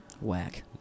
Whack